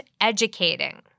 educating